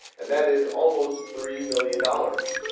and that is almost three million dollars.